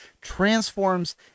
transforms